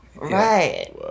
Right